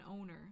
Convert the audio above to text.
owner